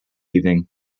evening